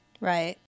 Right